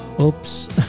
Oops